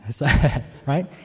right